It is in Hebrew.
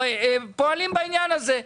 פועלים בעניין הזה.